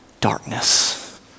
darkness